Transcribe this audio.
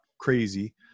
crazy